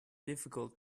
difficult